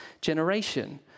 generation